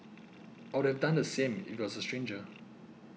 I would have done the same if it was a stranger